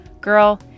Girl